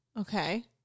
Okay